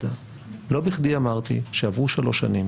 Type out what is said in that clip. אני רוצה לחזור: לא בכדי אמרתי שעברו שלוש שנים